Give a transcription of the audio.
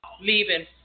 leaving